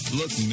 look